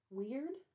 weird